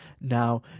now